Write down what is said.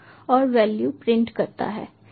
और value print करता है